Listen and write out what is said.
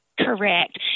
Correct